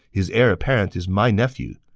his heir apparent is my nephew.